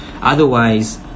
otherwise